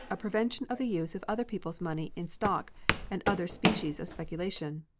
a prevention of the use of other people's money in stock and other species of speculation.